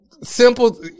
Simple